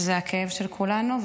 זה הכאב של כולנו,